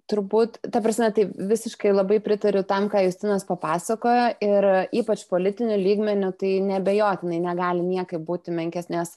turbūt ta prasme tai visiškai labai pritariu tam ką justinas papasakojo ir ypač politiniu lygmeniu tai neabejotinai negali niekaip būti menkesnės